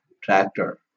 tractor